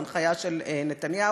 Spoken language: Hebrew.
הנחיה של נתניהו,